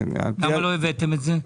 למה לא הבאתם את זה?